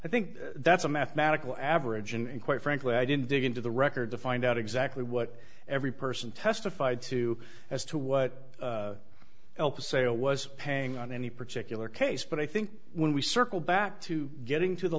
i think that's a mathematical average and quite frankly i didn't dig into the record to find out exactly what every person testified to as to what help the sale was paying on any particular case but i think when we circle back to getting to the